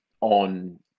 on